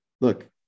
look